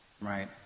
right